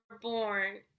born